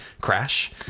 Crash